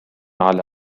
على